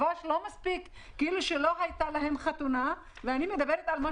אני כבר לא מדבר איתך על כל